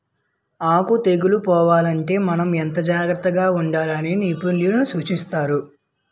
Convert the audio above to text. ఆకు తెగుళ్ళు పోవాలంటే మనం ఎంతో జాగ్రత్తగా ఉండాలని నిపుణులు సూచిస్తున్నారు